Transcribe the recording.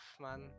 man